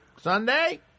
Sunday